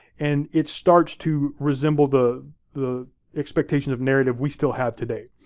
and it starts to resemble the the expectation of narrative we still have today.